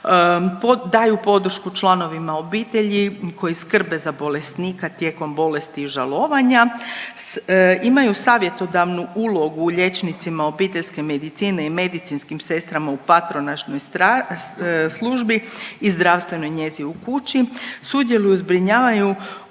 daju podršku članovima obitelji koji skrbe za bolesnika tijekom bolesti i žalovanja. Imaju savjetodavnu ulogu liječnicima obiteljske medicine i medicinskim sestrama u patronažnoj službi i zdravstvenoj njezi u kući. Sudjeluju u zbrinjavanju